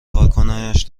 کارکنانش